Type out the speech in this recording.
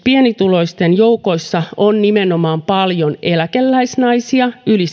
pienituloisten joukossa on nimenomaan paljon eläkeläisnaisia yli